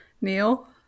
Neil